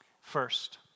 First